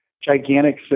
gigantic